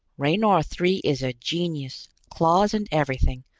raynor three is a genius! claws and everything!